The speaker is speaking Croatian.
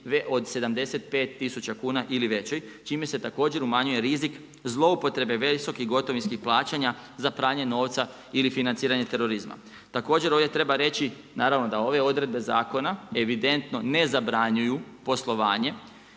od75 tisuća kuna ili većoj, čime se također umanjuje rizik zloupotrebe visoko gotovinskih plaćanja za pranje novca ili financiranje terorizma. Također ovdje treba reći, naravno da ove odredbe zakona evidentno ne zabranjuju poslovanje